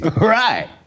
Right